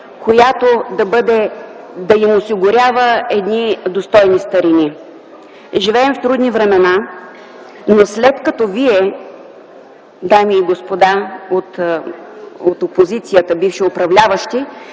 която да им осигурява достойни старини. Живеем в трудни времена, но след като вие, дами и господа от опозицията, бивши управляващи,